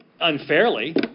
Unfairly